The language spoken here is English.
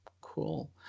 cool